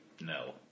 No